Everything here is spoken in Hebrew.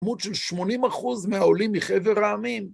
כמות של 80% מהעולים מחבר העמים.